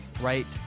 right